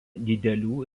didelių